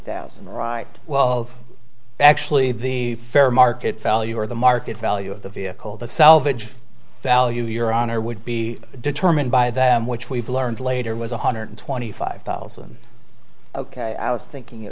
thousand the right well actually the fair market value or the market value of the vehicle the salvage value your honor would be determined by them which we've learned later was one hundred twenty five thousand ok i was thinking